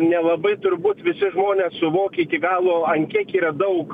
nelabai turbūt visi žmonės suvokia iki galo an kiek yra daug